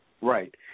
Right